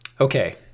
okay